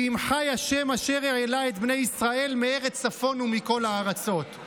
כי אם 'חי ה' אשר העלה את בני ישראל מארץ צפון ומכל הארצות'".